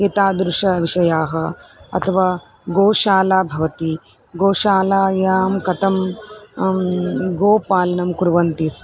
एतादृशाः विषयाः अथवा गोशाला भवति गोशालायां कथं गोपालनं कुर्वन्ति स्म